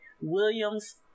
Williams